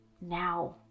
now